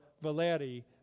Valeri